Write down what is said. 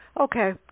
okay